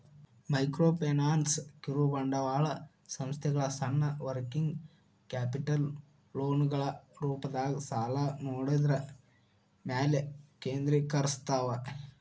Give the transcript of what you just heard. microfinance ಕಿರುಬಂಡವಾಳ ಸಂಸ್ಥೆಗಳ ಸಣ್ಣ ವರ್ಕಿಂಗ್ ಕ್ಯಾಪಿಟಲ್ ಲೋನ್ಗಳ ರೂಪದಾಗ ಸಾಲನ ನೇಡೋದ್ರ ಮ್ಯಾಲೆ ಕೇಂದ್ರೇಕರಸ್ತವ